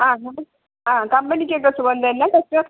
ആ ആ കമ്പനിക്കൊക്കെ സുഖം തന്നെ പറ്റുമോ